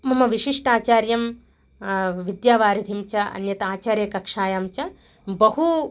मम विशिष्टाचार्यं विद्यावारिधिं च अन्यथा आचार्यकक्षायां च बहु